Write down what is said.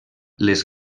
les